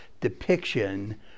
depiction